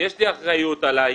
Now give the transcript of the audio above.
יש לי אחריות עלי,